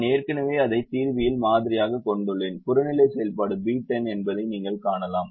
நான் ஏற்கனவே அதை தீர்வியில் மாதிரியாகக் கொண்டுள்ளேன் புறநிலை செயல்பாடு B10 என்பதை நீங்கள் காணலாம்